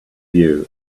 you